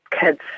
kids